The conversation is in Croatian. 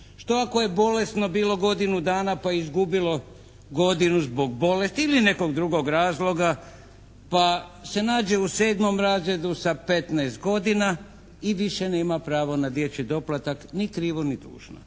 Što ako je bolesno bilo godinu dana pa je izgubilo godinu zbog bolesti ili nekog drugog razloga, pa se nađe u 7 razredu sa 15 godina i više nema pravo na dječji doplatak, ni krivo ni dužno?